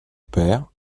père